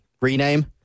Rename